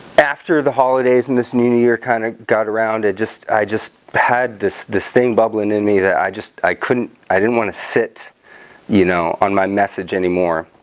after the holidays and this new year kind of got around and just i just had this this thing bubbling in me that i just i couldn't i didn't want to sit you know on my message anymore